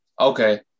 Okay